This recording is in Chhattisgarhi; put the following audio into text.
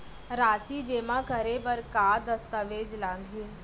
राशि जेमा करे बर का दस्तावेज लागही?